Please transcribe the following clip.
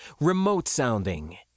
remote-sounding